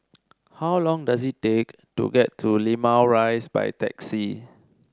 how long does it take to get to Limau Rise by taxi